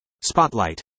Spotlight